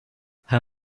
her